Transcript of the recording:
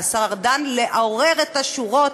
לשר ארדן לעורר את השורות,